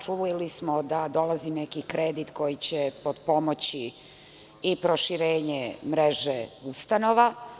Čuli smo da dolazi neki kredit koji će potpomoći i proširenje mreže ustanova.